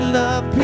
love